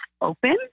open